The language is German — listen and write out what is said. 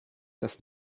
das